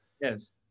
yes